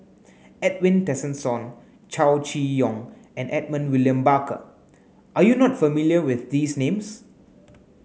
Edwin Tessensohn Chow Chee Yong and Edmund William Barker are you not familiar with these names